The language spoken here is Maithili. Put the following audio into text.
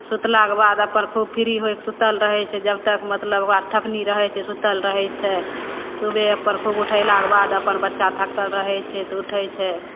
सुतलाके बाद अपन खूब फ्री होइके सुतल रहै छै जबतक मतलब ओकरा थकनी रहै छै सुतल रहै छै सुबह अपन खूब उठेलाके बाद अपन बच्चा थकल रहै छै तऽ उठै छै